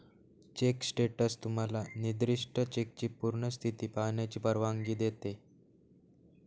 check status तुम्हाला निर्दिष्ट चेकची पूर्ण स्थिती पाहण्याची परवानगी देते